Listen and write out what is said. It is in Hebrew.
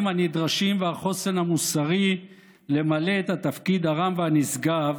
הנדרשים והחוסן המוסרי למלא את התפקיד הרם והנשגב,